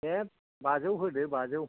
दे बाजौ होदो बाजौ